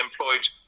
employed